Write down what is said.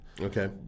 Okay